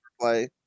play